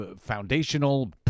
foundational